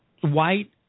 White –